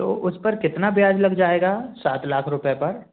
तो उस पर कितना ब्याज लग जाएगा सात लाख रुपये पर